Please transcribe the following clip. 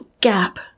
gap